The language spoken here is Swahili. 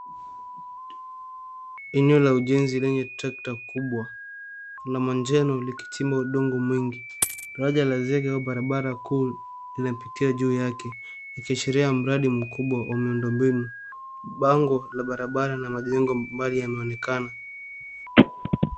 Eneo la ujenzi lenye trekta kubwa la manjano likichimba udongo mwingi. Daraja la zege ya barabara kuu linapitia juu yake, likiashiria mradi mkubwa wa miundo mbinu. Bango la barabara na majengo mbali yanaonekana.